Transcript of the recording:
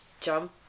jump